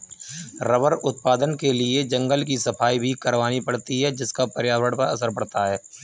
rubber उत्पादन के लिए जंगल की सफाई भी करवानी पड़ती है जिसका पर्यावरण पर असर पड़ता है